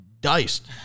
diced